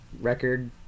record